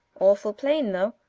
awful plain, though!